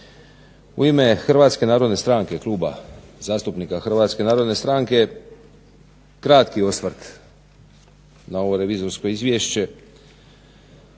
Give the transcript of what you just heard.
U ime Hrvatske narodne stranke, Kluba zastupnika Hrvatske narodne stranke kratki osvrt na ovo revizorsko izvješće.